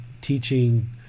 teaching